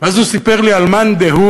ואז הוא סיפר לי על מאן דהוא,